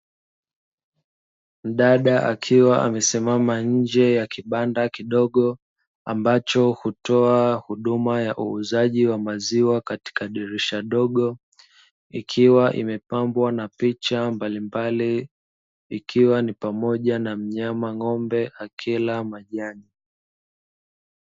Mdada akiwa amesimama nje ya kibanda kidogo ambacho hutoa huduma ya uuzaji wa maziwa katika dirisha dogo ikiwa imepambwa na picha mbalimbali ikiwa ni pamoja na mama ng’ombe akila majani.